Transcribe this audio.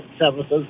services